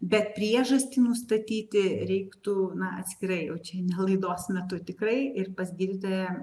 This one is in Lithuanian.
bet priežastį nustatyti reiktų na atskirai jau čia ne laidos metu tikrai ir pas gydytoją